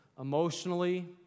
emotionally